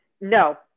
No